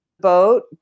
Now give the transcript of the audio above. boat